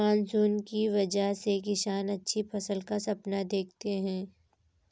monsoon की वजह से किसान अच्छी फसल का सपना देखते हैं